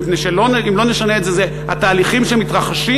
מפני שאם לא נשנה את זה התהליכים שמתרחשים